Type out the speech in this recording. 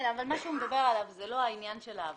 מה שהוא מדבר עליו זה לא העניין של העוולות.